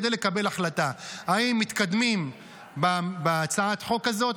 כדי לקבל החלטה אם מתקדמים בהצעת החוק הזאת,